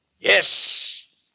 Yes